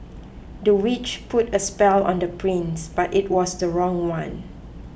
the witch put a spell on the prince but it was the wrong one